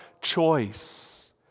choice